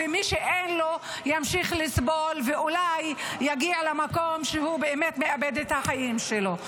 ומי שאין לו ימשיך לסבול ואולי יגיע למקום שהוא באמת מאבד את החיים שלו.